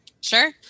Sure